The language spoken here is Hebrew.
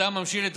יותם ממשיל את